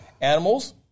animals